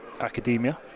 academia